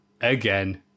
again